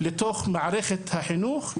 לתוך מערכת החינוך,